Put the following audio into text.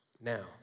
now